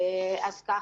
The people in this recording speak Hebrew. אז ככה.